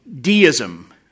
deism